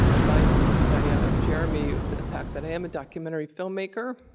by by jeremy, the fact that i am a documentary filmmaker,